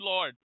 Lord